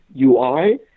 UI